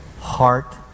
heart